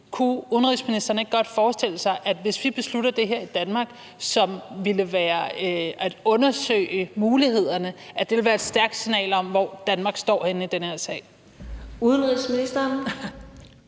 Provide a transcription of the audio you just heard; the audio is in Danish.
kunne udenrigsministeren ikke godt forestille sig, at hvis vi beslutter det her i Danmark, altså at undersøge mulighederne, så vil det være et stærkt signal om, hvor Danmark står henne i den her sag? Kl. 17:22 Fjerde